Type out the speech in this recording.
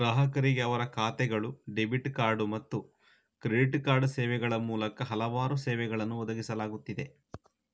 ಗ್ರಾಹಕರಿಗೆ ಅವರ ಖಾತೆಗಳು, ಡೆಬಿಟ್ ಕಾರ್ಡ್ ಮತ್ತು ಕ್ರೆಡಿಟ್ ಕಾರ್ಡ್ ಸೇವೆಗಳ ಮೂಲಕ ಹಲವಾರು ಸೇವೆಗಳನ್ನು ಒದಗಿಸಲಾಗುತ್ತಿದೆ